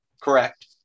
Correct